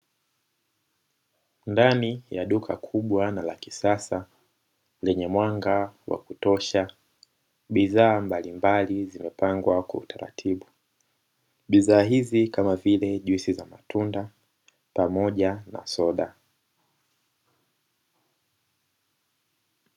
Ndani ya duka kubwa na la kisasa lenye mwanga wa kutosha, bidhaa mbalimbali zimepangwa kwa utaratibu. Bidhaa hizi ni kama vile juisi za matunda pamoja na soda.